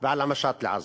ועל המשט לעזה: